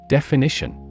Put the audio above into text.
Definition